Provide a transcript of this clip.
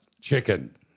chicken